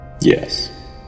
Yes